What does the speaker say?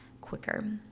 quicker